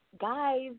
guys